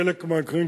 חלק מהמקרים,